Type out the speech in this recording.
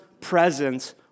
presence